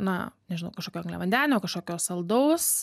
na nežinau kažkokio angliavandenio kažkokio saldaus